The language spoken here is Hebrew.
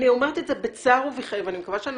אני אומרת זאת בצער ובכאב ומקווה שאיני